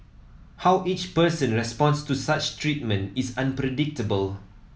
how each person responds to such treatment is unpredictable